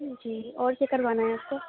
جی اور کیا کروانا ہے آپ کو